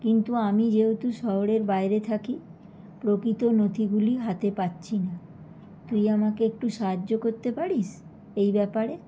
কিন্তু আমি যেহতু শহরের বাইরে থাকি প্রকৃত নথিগুলি হাতে পাচ্ছি না তুই আমাকে একটু সাহায্য করতে পারিস এই ব্যাপারে